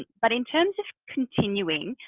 but in terms of continuing,